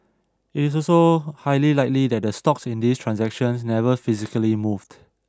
it is also highly likely that the stocks in these transactions never physically moved